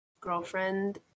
girlfriend